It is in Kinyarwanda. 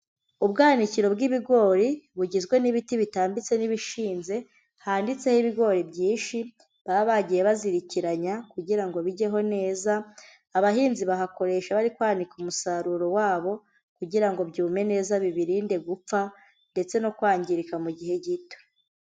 Ubwanikiro bw'ibigori bugizwe n'ibiti bitambitse n'ibishinze, hanitseho ibigori byinshi baba bagiye bazirikiranya kugira ngo bijyeho neza. Abahinzi bahakoresha bari kwanika umusaruro wabo, kugira ngo byume neza bibirinde gupfa ndetse no kwangirika mu gihe gito.